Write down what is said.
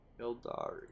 Eldari